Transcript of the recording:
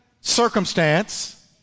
circumstance